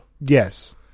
Yes